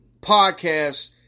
podcast